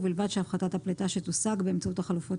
ובלבד שהפחתת הפליטה שתושג באמצעות החלופות